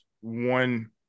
one